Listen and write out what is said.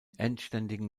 endständigen